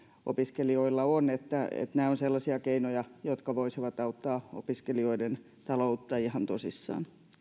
opiskelijoilla on nämä ovat sellaisia keinoja jotka voisivat auttaa opiskelijoiden taloutta ihan tosissaan